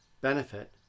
benefit